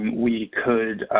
we could,